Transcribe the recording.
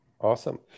Awesome